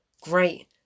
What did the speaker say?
great